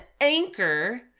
anchor